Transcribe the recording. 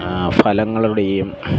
ഫലങ്ങളുടെയും